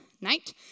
night